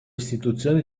istituzioni